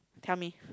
tell me